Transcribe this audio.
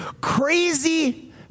crazy